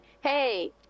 hey